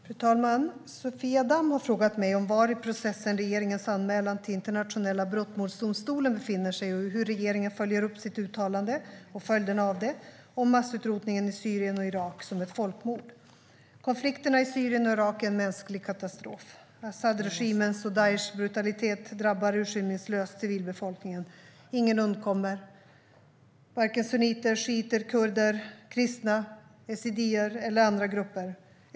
Fru talman! Sofia Damm har frågat mig om var i processen regeringens anmälan till Internationella brottmålsdomstolen, ICC, befinner sig och hur regeringen följer upp sitt uttalande, och följderna av det, om massutrotningen i Syrien och Irak som ett folkmord. Konflikterna i Syrien och Irak är en mänsklig katastrof. Asadregimens och Daishs brutalitet drabbar urskillningslöst civilbefolkningen. Ingen undkommer, varken sunniter, shiiter, kurder, kristna, yazidier eller andra grupper.